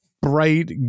bright